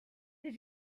did